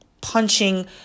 punching